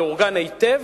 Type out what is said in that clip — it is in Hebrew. מאורגן היטב,